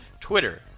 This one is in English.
twitter